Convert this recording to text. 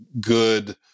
good